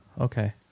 Okay